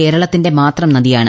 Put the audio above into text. കേരളത്തിന്റെ മാത്രം നദിയാണ്